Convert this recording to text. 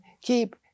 keep